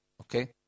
Okay